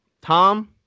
Tom